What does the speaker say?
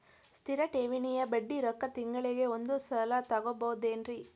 ಸ್ಥಿರ ಠೇವಣಿಯ ಬಡ್ಡಿ ರೊಕ್ಕ ತಿಂಗಳಿಗೆ ಒಂದು ಸಲ ತಗೊಬಹುದೆನ್ರಿ?